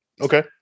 okay